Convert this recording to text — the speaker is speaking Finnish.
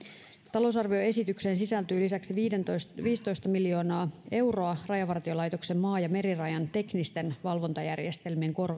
talousarvioesitykseen sisältyy lisäksi viisitoista miljoonaa euroa rajavartiolaitoksen maa ja merirajan teknisten valvontajärjestelmien